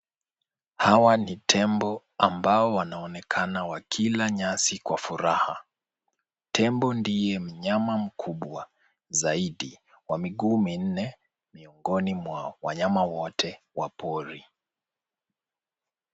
Hawa ni tembo ambao wanaonekana wakila nyasi kwa furaha. Tembo ndiye mnyama mkubwa zaidi wa miguu minne miongoni mwa wanyama wote wa pori.